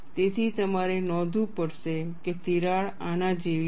તેથી તમારે નોંધવું પડશે કે તિરાડ આના જેવી છે